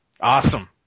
Awesome